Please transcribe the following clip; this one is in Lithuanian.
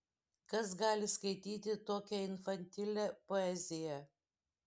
kas gali skaityti tokią infantilią poeziją